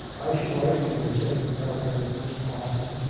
i should like to said the elder miss austin,